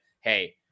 hey